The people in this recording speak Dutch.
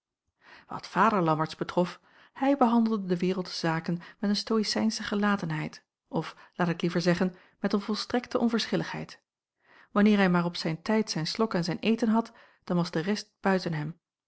wat vader lammertsz betrof hij behandelde de wereldsche zaken met een stoïcijnsche gelatenheid of laat ik liever zeggen met een volstrekte onverschilligheid wanneer hij maar op zijn tijd zijn slok en zijn eten had dan was de rest buiten hem